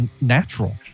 natural